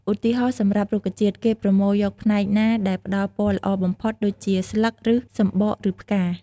ឧទាហរណ៍ សម្រាប់រុក្ខជាតិ គេប្រមូលយកផ្នែកណាដែលផ្តល់ពណ៌ល្អបំផុតដូចជា ស្លឹក ឫស សំបក ឬផ្កា។